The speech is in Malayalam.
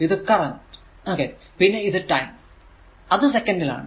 ഇത് കറന്റ് പിന്നെ ഇത് ടൈം അത് സെക്കൻഡിൽ ആണ്